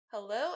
Hello